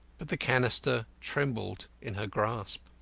but the canister trembled in her grasp.